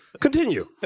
Continue